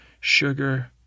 Sugar